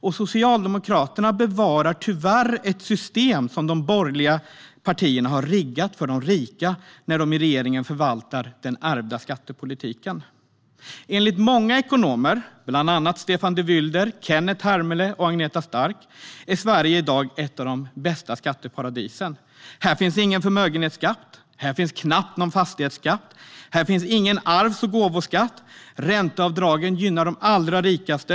När regeringen förvaltar den ärvda skattepolitiken bevarar Socialdemokraterna tyvärr ett system som de borgerliga partierna har riggat för de rika. Enligt många ekonomer - bland andra Stefan de Vylder, Kenneth Hermele och Agneta Stark - är Sverige i dag ett av de bästa skatteparadisen. Här finns ingen förmögenhetsskatt, knappt någon fastighetsskatt och ingen arvs och gåvoskatt. Ränteavdragen gynnar de allra rikaste.